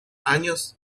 años